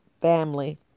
family